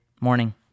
morning